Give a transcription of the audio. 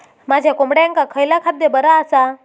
माझ्या कोंबड्यांका खयला खाद्य बरा आसा?